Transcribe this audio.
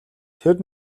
тэр